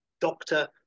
doctor